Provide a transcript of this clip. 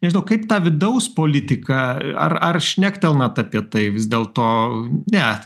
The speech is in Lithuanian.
nežinau kaip tą vidaus politiką ar ar šnektelnat apie tai vis dėlto ne